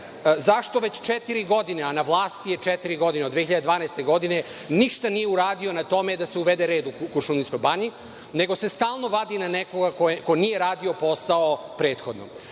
zašto već četiri godine, a na vlasti je četiri godine, od 2012. godine, ništa nije uradio na tome da se uvede u Kuršumlijskoj banji, nego se stalno vadi na nekoga ko nije radio posao prethodno.